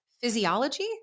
physiology